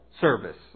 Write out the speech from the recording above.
service